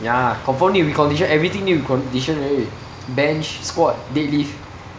ya confirm need recondition everything need recondition already bench squat deadlift